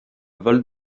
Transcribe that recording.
val